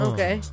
Okay